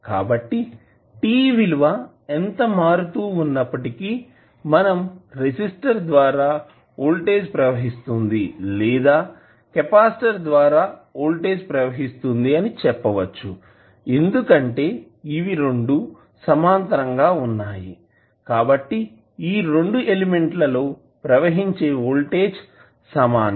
కాబట్టి t విలువ ఎంత మారుతూ వున్నప్పటికీ మనం రెసిస్టర్ ద్వారా వోల్టేజ్ ప్రవహిస్తుంది లేదా కెపాసిటర్ ద్వారా వోల్టేజ్ ప్రవహిస్తుంది అని చెప్పవచ్చు ఎందుకంటే ఇవి రెండు సమాంతరం పార్లల్ గా వున్నాయికాబట్టి ఈ రెండు ఎలిమెంట్ లలో ప్రవహించే వోల్టేజ్ సమానం